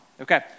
Okay